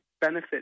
benefit